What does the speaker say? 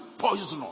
poisonous